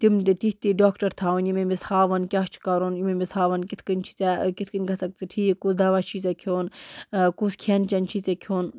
تِم تِتھۍ تَتھۍ ڈاکٹَر تھاوٕنۍ یِم أمِس ہاوَن کیاہ چھُ کَرُن یِم أمِس ہاوَن کِتھ کٔنۍ چھُی ژےٚ کِتھ کٔنۍ گَژھکھ ژٕ ٹھیٖک کُس دَوا چھُی ژےٚ کھیٚون کُس کھٮ۪ن چٮ۪ن چھُی ژےٚ کھیٚون